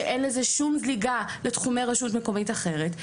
שאין לזה שום זליגה לתחומי רשות מקומית אחרת,